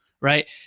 right